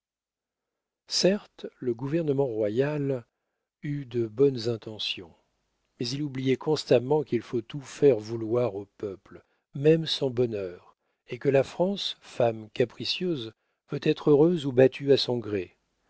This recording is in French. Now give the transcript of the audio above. certes le gouvernement royal eut de bonnes intentions mais il oubliait constamment qu'il faut tout faire vouloir au peuple même son bonheur et que la france femme capricieuse veut être heureuse ou battue à son gré